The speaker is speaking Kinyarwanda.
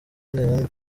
interahamwe